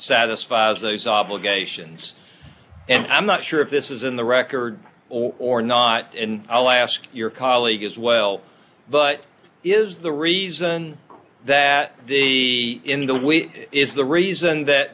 satisfies those obligations and i'm not sure if this is in the record or not and i'll ask your colleague as well but is the reason that the in the we is the reason that